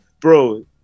bro